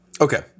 Okay